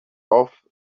off